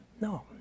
No